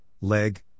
Leg